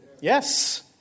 Yes